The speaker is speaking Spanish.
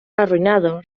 arruinado